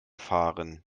fahren